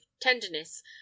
tenderness